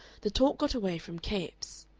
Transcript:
the talk got away from capes.